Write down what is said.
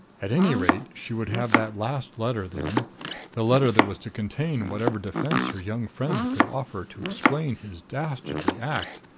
at any rate, she would have that last letter then the letter that was to contain whatever defense her young friend could offer to explain his dastardly act.